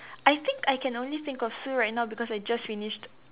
I think I can only think of Sue right now because I just finished